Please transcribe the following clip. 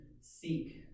seek